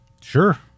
Sure